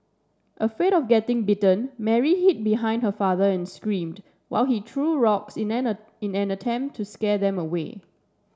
afraid of getting bitten Mary hid behind her father and screamed while he threw rocks in in an attempt to scare them away